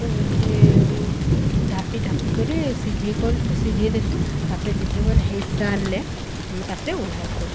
ଓ ଯେ ଢାପି ଢାପି କରି ସିଝାଇ କରି ସିଝାଇ ଦେସୁଁ ତାପରେ ଯେତେବେଲେ ହେଇସାରିଲେ ଆମେ ତାପରେ ଓଲ୍ହାସୁଁ